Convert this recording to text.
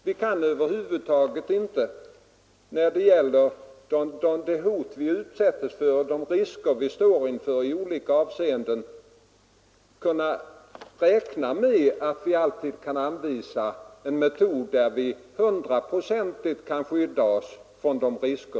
Vi kan över huvud taget inte, när det gäller det hot vi utsätts för och de risker vi står inför i olika avseenden, räkna med att vi alltid kan anvisa en metod genom vilken vi hundraprocentigt kan skydda oss.